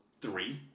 three